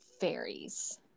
fairies